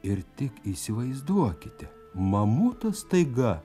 ir tik įsivaizduokite mamutas staiga